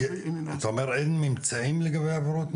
אתה אומר שאין ממצאים בנוגע לעבירות בנייה?